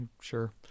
sure